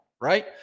right